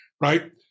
right